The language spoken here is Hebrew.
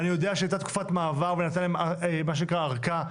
אני יודע שהייתה תקופת מעבר ונתתם מה שנקרא ארכה,